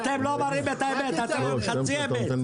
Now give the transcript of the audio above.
לא מראים את האמת אלא חצי אמת.